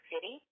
City